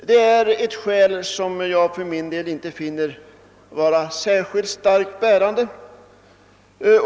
Det är ett skäl som jag för min del inte finner vara särskilt starkt.